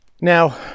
Now